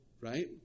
right